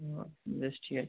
ও বেশ ঠিক আছে